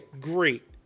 great